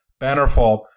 Bannerfall